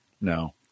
no